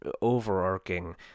overarching